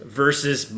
versus